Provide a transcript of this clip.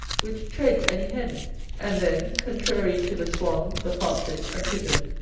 which treads any hen and, then, contrary to the swan, the partridge, and pigeon,